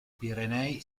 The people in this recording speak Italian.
pirenei